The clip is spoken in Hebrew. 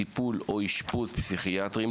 טיפול או אשפוז פסיכיאטריים,